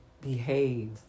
behave